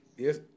Yes